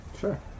Sure